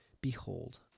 behold